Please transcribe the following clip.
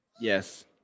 Yes